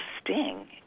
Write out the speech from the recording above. sting